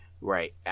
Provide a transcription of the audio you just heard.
Right